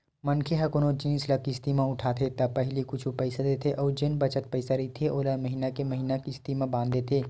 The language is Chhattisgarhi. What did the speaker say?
मनखे ह कोनो जिनिस ल किस्ती म उठाथे त पहिली कुछ पइसा देथे अउ जेन बचत पइसा रहिथे ओला महिना के महिना किस्ती बांध देथे